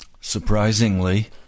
Surprisingly